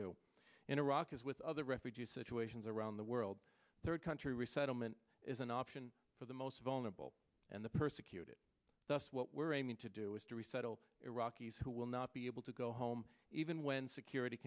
do in iraq as with other refugees situations around the world third country resettlement is an option for the most vulnerable and the persecuted thus what we're aiming to do is to resettle iraqis who will not be able to go home even when security